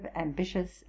ambitious